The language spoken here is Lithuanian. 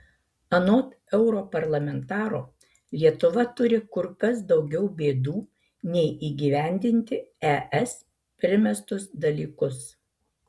anot europarlamentaro lietuva turi kur kas daugiau bėdų nei įgyvendinti es primestus dalykus